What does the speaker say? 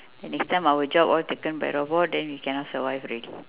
then next time our job all taken by robot then cannot survive already